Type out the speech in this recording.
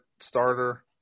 starter